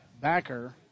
backer